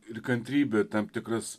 ir kantrybė tam tikras